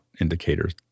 indicators